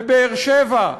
בבאר-שבע.